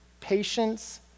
patience